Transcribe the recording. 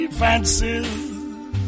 fancies